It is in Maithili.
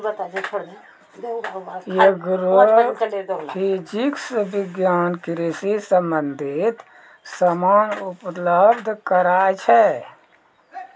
एग्रोफिजिक्स विज्ञान कृषि संबंधित समान उपलब्ध कराय छै